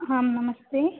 आं नमस्ते